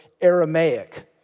Aramaic